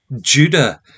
Judah